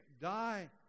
die